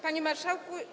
Panie Marszałku!